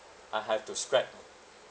I have to scrap